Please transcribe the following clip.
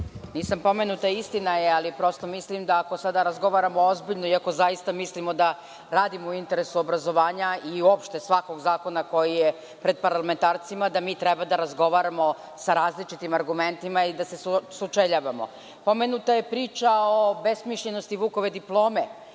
Nisam pomenuta, istina je, ali prosto mislim da ako sada razgovaramo ozbiljno i ako zaista mislimo da radimo u interesu obrazovanja i uopšte svakog zakona koji je pred parlamentarcima, da mi treba da razgovaramo sa različitim argumentima i da se sučeljavamo. Pomenuta je priča o besmišljenosti Vukove diplome,